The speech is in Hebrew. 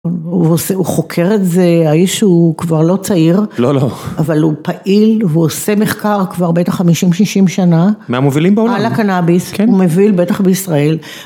הוא עושה, הוא חוקר את זה, האיש הוא כבר לא צעיר. לא, לא. אבל הוא פעיל, הוא עושה מחקר כבר בטח 50-60 שנה. מהמובילים בעולם. על הקנאביס, הוא מוביל בטח בישראל.